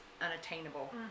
unattainable